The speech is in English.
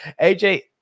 AJ